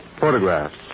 Photographs